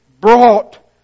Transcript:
brought